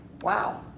Wow